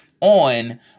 on